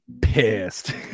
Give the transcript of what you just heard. pissed